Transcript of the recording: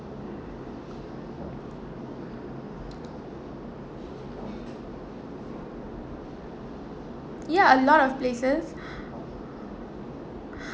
ya a lot of places